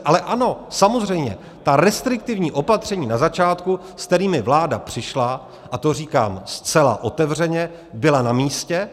Ale ano, samozřejmě, ta restriktivní opatření na začátku, se kterými vláda přišla, a to říkám zcela otevřeně, byla namístě.